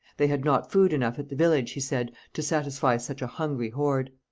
they had not food enough at the village, he said, to satisfy such a hungry horde.